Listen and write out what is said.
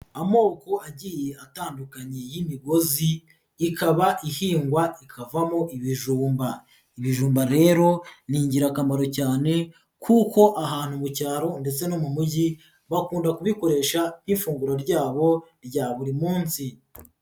Amoko agiye atandukanye y'imigozi, ikaba ihingwa ikavamo ibijumba, ibijumba rero ni ingirakamaro cyane kuko ahantu mu cyaro ndetse no mu mujyi, bakunda kubikoresha nk'ifunguro ryabo rya buri munsi.